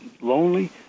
lonely